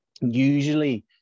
usually